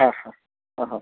হ্যাঁ হ্যাঁ হ্যাঁ হ্যাঁ